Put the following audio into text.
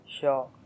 sure